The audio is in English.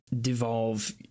devolve